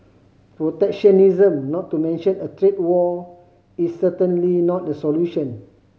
protectionism not to mention a trade war is certainly not the solution